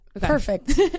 Perfect